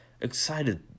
excited